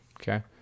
Okay